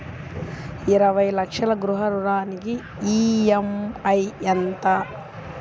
ఇరవై లక్షల గృహ రుణానికి ఈ.ఎం.ఐ ఎంత?